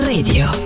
Radio